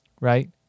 Right